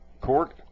court